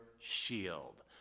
shield